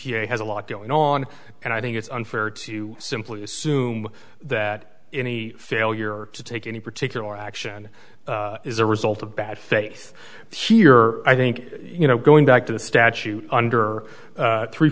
a has a lot going on and i think it's unfair to simply assume that any failure to take any particular action is a result of bad faith here i think you know going back to the statute under three